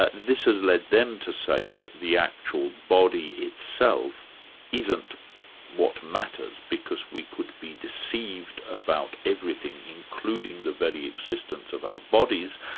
this has led them to say that the actual body itself isn't what matters, because we could be deceived about everything, including the very existence of our bodies.